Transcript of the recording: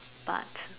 but